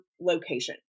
location